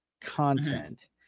content